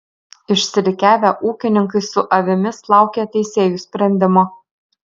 išsirikiavę ūkininkai su avimis laukė teisėjų sprendimo